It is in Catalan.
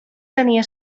tenia